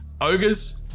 Ogres